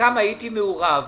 בחלקן הייתי מעורב,